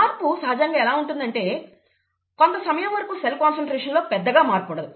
మార్పు సహజంగా ఎలా ఉంటుందంటే కొంత సమయం వరకు సెల్ కాన్సన్ట్రేషన్ లో పెద్దగా మార్పు ఉండదు